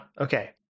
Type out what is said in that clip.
Okay